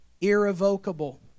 irrevocable